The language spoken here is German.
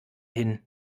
hin